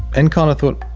and kind of thought,